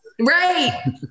Right